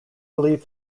relieve